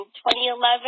2011